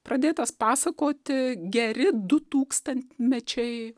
pradėtas pasakoti geri du tūkstantmečiai